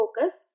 focus